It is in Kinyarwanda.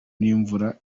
imvura